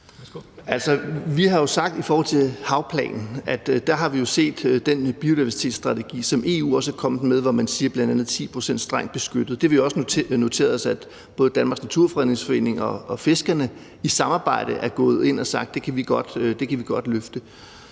(V): Altså, i forhold til havplanen har vi jo set den biodiversitetsstrategi, som EU er kommet med, hvor man bl.a. siger 10 pct. strengt beskyttede områder. Det har vi også noteret os at Danmarks Naturfredningsforening og fiskerne i samarbejde er gået ud og har sagt at de godt kan løfte.